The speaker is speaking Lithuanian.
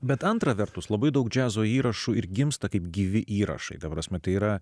bet antra vertus labai daug džiazo įrašų ir gimsta kaip gyvi įrašai ta prasme tai yra